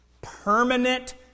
Permanent